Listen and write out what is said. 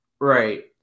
right